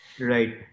Right